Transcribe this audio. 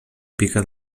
pica